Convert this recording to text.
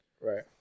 right